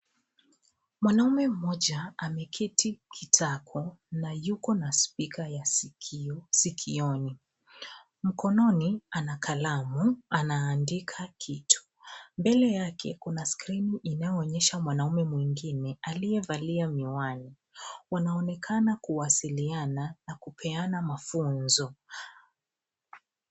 Mwanaume mmoja ameketi kitako na yuko na spika ya sikio sikioni, mkononi ana kalamu, anaandika kitu. Mbele yake kuna skrini inayoonyesha mwanaume mwingine aliyevalia miwani. Wanaonekana kuwasiliana na kupeana mafunzo.